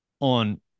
on